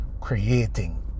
creating